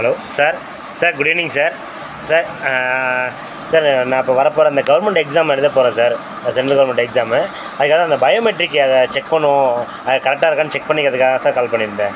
hello sir sir good evening sir sir sir நான் இப்போ வரப் போகிற இந்த கவுர்மெண்ட் எக்ஸாம் எழுதப் போகிறேன் சார் ஒரு சென்ட்ரலு கவுர்மெண்ட் எக்ஸாமு அதுக்காக அந்த பயோமெட்ரிக்கு அதை செக் பண்ணுவோம் அது கரெக்டாக இருக்கான்னு செக் பண்ணுக்கிறதுக்காக தான் சார் கால் பண்ணிருந்தேன்